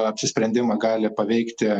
apsisprendimą gali paveikti